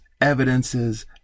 evidences